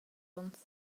ons